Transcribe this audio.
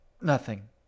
Nothing